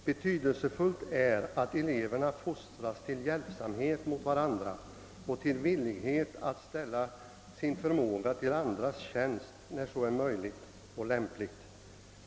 Betydelsefullt är att eleverna fostras till hjälpsamhet mot varandra och till villighet att ställa sin förmåga till andras tjänst, när så är möjligt och lämpligt.